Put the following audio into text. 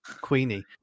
Queenie